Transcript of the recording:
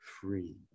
free